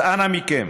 אז אנא מכם,